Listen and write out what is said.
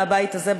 מהבית הזה,